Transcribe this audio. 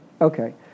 Okay